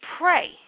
pray